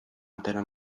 atera